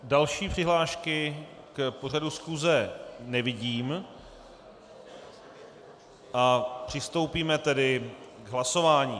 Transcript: Další přihlášky k pořadu schůze nevidím, přistoupíme tedy k hlasování.